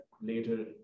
later